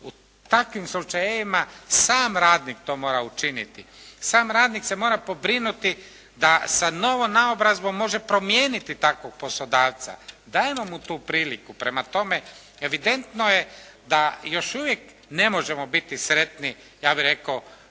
U takvim slučajevima sam radnik to mora učiniti, sam radnik se mora pobrinuti da sa novom naobrazbom može promijeniti takvog poslodavca, dajmo mu tu priliku. Prema tome evidentno je da još uvijek ne možemo biti sretni ja bih rekao